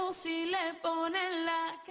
si le ponen la